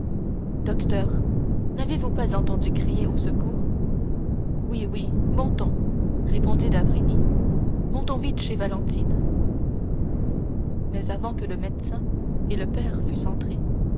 docteur n'avez-vous pas entendu crier au secours oui oui montons répondit d'avrigny montons vite chez valentine mais avant que le médecin et le père fussent